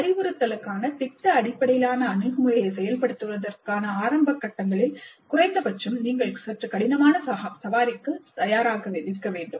அறிவுறுத்தலுக்கான திட்ட அடிப்படையிலான அணுகுமுறையை செயல்படுத்துவதற்கான ஆரம்ப கட்டங்களில் குறைந்தபட்சம் நீங்கள் சற்று கடினமான சவாரிக்கு தயாராக இருக்க வேண்டும்